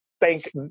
thank